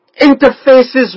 interfaces